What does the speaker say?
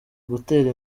gutera